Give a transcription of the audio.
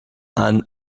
and